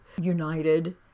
united